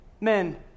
men